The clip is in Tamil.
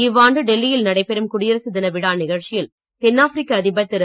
இவ்வாண்டு டெல்லியில் நடைபெறும் குடியரசு தின விழா நிகழ்ச்சியில் தென் ஆப்பிரிக்க அதிபர் திரு